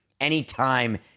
Anytime